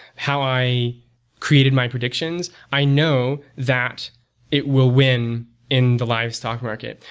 how i created my predictions, i know that it will win in the livestock market.